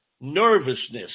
nervousness